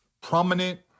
prominent